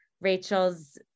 Rachel's